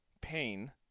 pain